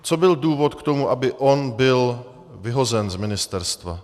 Co byl důvod k tomu, aby on byl vyhozen z ministerstva?